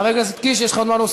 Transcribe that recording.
חבר הכנסת קיש, יש לך מה להוסיף?